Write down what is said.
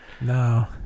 No